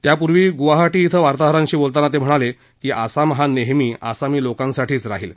त्यापूर्वी गुवाहाटी इथं वार्ताहरांशी बोलताना सोनोवाल म्हणाले की आसाम हा नेहमी आसामी लोकांसाठी राहिल